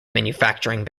manufacturing